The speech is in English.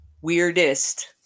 weirdest